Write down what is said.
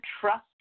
trust